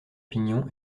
pignon